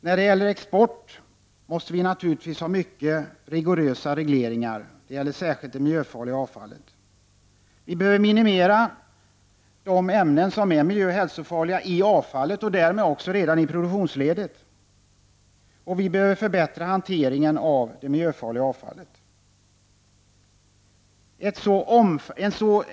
När det gäller export måste regleringen naturligtvis vara mycket rigorös, särskilt för det miljöfarliga avfallet. De miljöoch hälsofarliga ämnena i avfallet och därmed också redan i produktionsledet måste minimeras. Hanteringen av det miljöfarliga avfallet behöver förbättras.